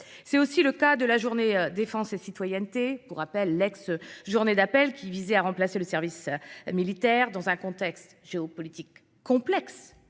C'est aussi le cas de la Journée Défense et Citoyenneté, pour rappel l'ex Journée d'Appel qui visait à remplacer le service militaire dans un contexte géopolitique complexe